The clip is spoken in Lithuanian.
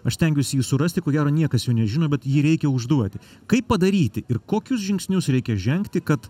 aš stengiuosi jį surasti ko gero niekas jo nežino bet jį reikia užduoti kaip padaryti ir kokius žingsnius reikia žengti kad